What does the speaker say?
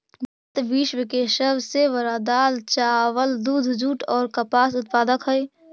भारत विश्व के सब से बड़ा दाल, चावल, दूध, जुट और कपास उत्पादक हई